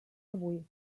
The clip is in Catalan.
avui